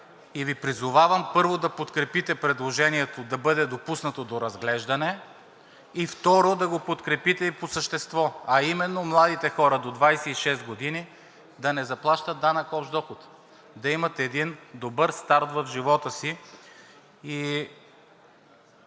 И Ви призовавам, първо, да подкрепите предложението да бъде допуснато до разглеждане и второ, да го подкрепите и по същество, а именно младите хора до 26 години да не заплащат данък общ доход, да имат един добър старт в живота си.